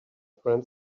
friend